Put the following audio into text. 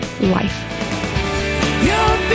life